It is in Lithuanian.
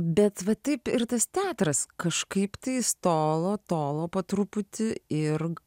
bet va taip ir tas teatras kažkaip tai jis tolo tolo po truputį ir